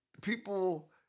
people